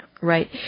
Right